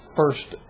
first